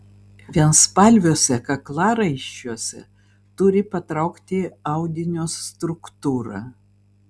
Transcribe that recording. vienspalviuose kaklaraiščiuose turi patraukti audinio struktūra